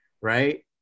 right